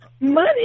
money